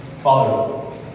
Father